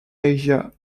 asia